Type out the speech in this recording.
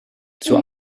zur